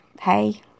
Hey